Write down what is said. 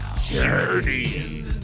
journey